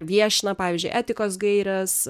viešina pavyzdžiui etikos gaires